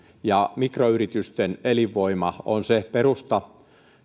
mikroyritysten elinvoima on se perusta